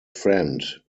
friend